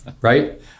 right